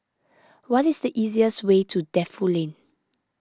what is the easiest way to Defu Lane